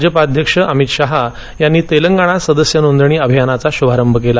भाजपाध्यक्ष अमित शहा यांनी तेलंगणात सदस्य नोंदणी अभियानाचा शुभारंभ केला